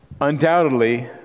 undoubtedly